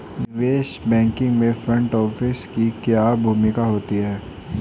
निवेश बैंकिंग में front office की क्या भूमिका होती है?